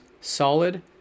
solid